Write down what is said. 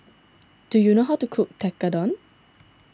do you know how to cook Tekkadon